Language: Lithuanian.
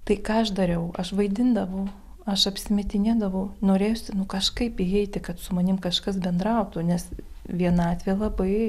tai ką aš dariau aš vaidindavau aš apsimetinėdavau norėjosi nu kažkaip įeiti kad su manim kažkas bendrautų nes vienatvė labai